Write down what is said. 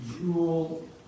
jewel